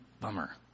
Bummer